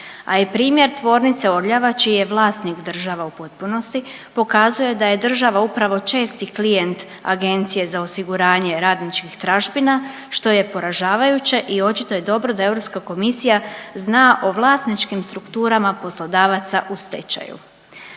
A i primjer Tvornice Orljava čiji je vlasnik država u potpunosti pokazuje da je država upravo česti klijent Agencije za osiguranje radničkih tražbina što je poražavajuće i očito je dobro da Europska komisija zna o vlasničkim strukturama poslodavaca u stečaju.